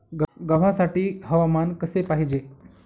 गव्हासाठी हवामान कसे पाहिजे?